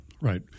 Right